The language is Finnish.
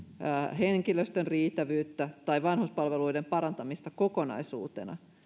henkilöstön riittävyyttä tai vanhuspalveluiden parantamista kokonaisuutena